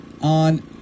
on